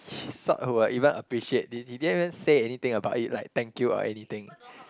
he sort of will even appreciate this he didn't even say anything about it like thank you or anything